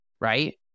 right